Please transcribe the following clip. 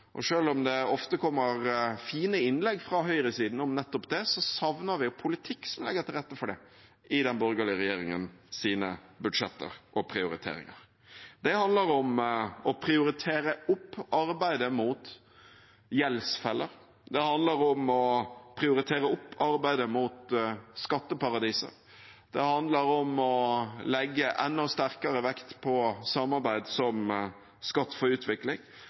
om det ofte kommer fine innlegg fra høyresiden om nettopp det, savner vi en politikk som legger til rette for det i den borgerlige regjeringens budsjetter og prioriteringer. Det handler om å prioritere opp arbeidet mot gjeldsfeller, det handler om å prioritere opp arbeidet mot skatteparadiser, det handler om å legge enda sterkere vekt på samarbeid som Skatt for utvikling,